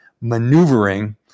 maneuvering